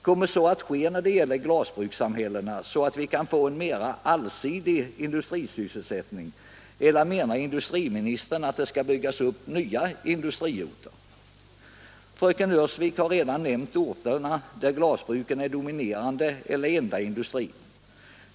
Kommer detta att ske när det gäller glasbrukssamhällena, så att vi kan få en mer allsidig industrisysselsättning, eller menar industriministern att det skall byggas upp nya industriorter? Fröken Öhrsvik har redan nämnt de orter där glasbruket är den do 105 manuella glasindustrin minerande eller den enda industrin.